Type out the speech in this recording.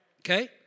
Okay